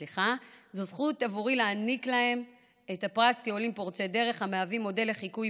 זו זכות עבורי להעניק להם את הפרס כעולים פורצי דרך המהווים מודל לחיקוי